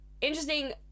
interesting